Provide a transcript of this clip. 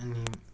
अनि